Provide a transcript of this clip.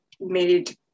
made